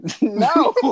No